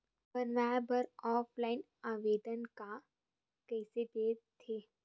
बनाये बर ऑफलाइन आवेदन का कइसे दे थे?